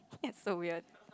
that's so weird